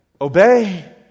obey